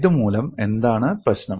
ഇതുമൂലം എന്താണ് പ്രശ്നം